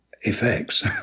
effects